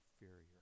inferior